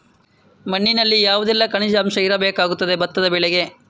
ಮಣ್ಣಿನಲ್ಲಿ ಯಾವುದೆಲ್ಲ ಖನಿಜ ಅಂಶ ಇರಬೇಕಾಗುತ್ತದೆ ಭತ್ತದ ಬೆಳೆಗೆ?